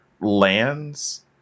lands